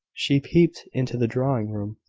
she peeped into the drawing-room,